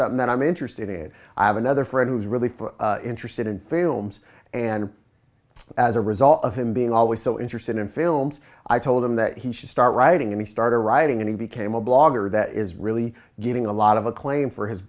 something that i'm interested in i have another friend who's really interested in films and as a result of him being always so interested in films i told him that he should start writing and he started writing and he became a blogger that is really getting a lot of acclaim for his